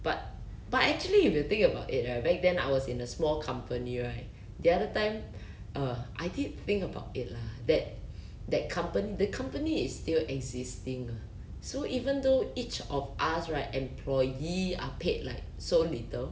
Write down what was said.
but but actually if you think about it right back then I was in a small company right the other time err I did think about it lah that that company the company is still existing ah so even though each of us right employee are paid like so little